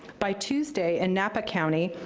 by tuesday, in napa county,